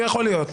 יכול להיות.